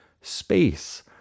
space